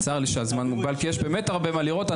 צר לי שהזמן מוגבל, כי יש באמת הרבה מה לראות.